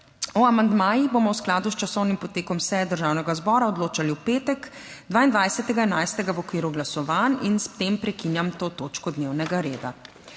O amandmajih bomo v skladu s časovnim potekom seje Državnega zbora odločali v petek 22. 11. v okviru glasovanj. S tem prekinjam to točko dnevnega reda.